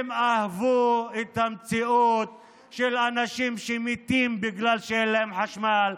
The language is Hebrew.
הם אהבו את המציאות של אנשים שמתים בגלל שאין להם חשמל,